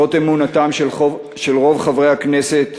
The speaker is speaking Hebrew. זאת אמונתם של רוב חברי הכנסת,